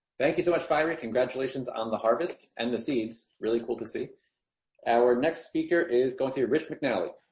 thank you so much fiber, congratulations on the harvest and the scenes really cool to see our next speaker is going to be rich mcnally.